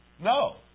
No